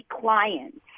clients